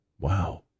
wow